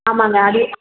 ஆமாம்ங்க அதையே